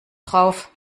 drauf